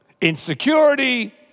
insecurity